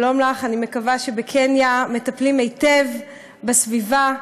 שלום לך, אני מקווה שבקניה מטפלים היטב בסביבה.